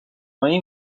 های